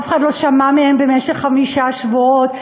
אף אחד לא שמע מהם במשך חמישה שבועות.